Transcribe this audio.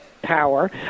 power